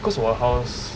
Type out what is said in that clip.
because 我的 house